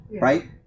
right